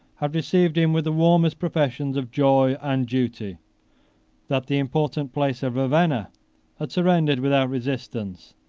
had received him with the warmest professions of joy and duty that the important place of ravenna had surrendered without resistance,